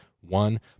One